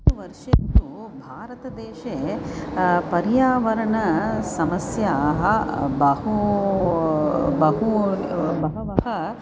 वर्षे तु भारतदेशे पर्यावरणसमस्याः बहु बहु बहवः